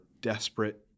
desperate